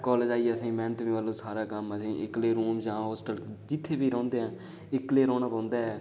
college आइयै असेंगी मेह्नत बी करनी सारा कम्म असेंगी इक्कले रौह्न जाओ जित्थै बी रौहंदे हैन इक्कले रौह्ने पौंदा ऐ